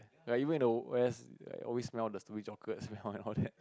like even though West always smell the sweet chocolate and all and all that